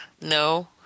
no